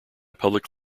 public